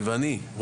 ואני,